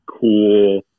cool